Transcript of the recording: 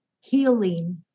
healing